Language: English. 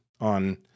on